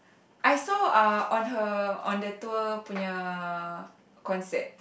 I saw uh on her on the tour punya concert